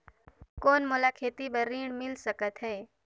कौन मोला खेती बर ऋण मिल सकत है?